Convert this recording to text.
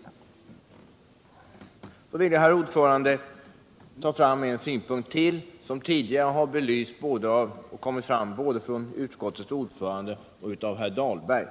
för nad. vattendrag i norra Jag vill vidare, herr talman, betona vikten av en synpunkt som tidigare = Svealand och anförts både av utskottets ordförande och av herr Dahlberg.